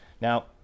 Now